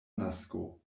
nasko